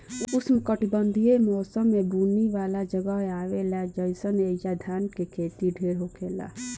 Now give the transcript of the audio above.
उष्णकटिबंधीय मौसम में बुनी वाला जगहे आवेला जइसे ऐजा धान के खेती ढेर होखेला